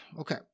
Okay